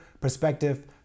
perspective